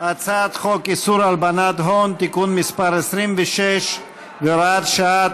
הצעת חוק איסור הלבנת הון (תיקון מס' 26 והוראת שעה),